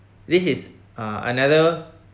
this is uh another